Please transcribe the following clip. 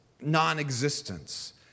non-existence